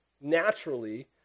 naturally